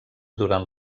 durant